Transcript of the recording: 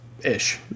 ish